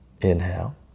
Inhale